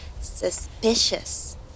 suspicious